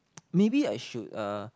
maybe I should uh